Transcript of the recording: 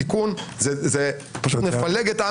--- רבותיי, אם תפריעו לו אני אקרא לסדר.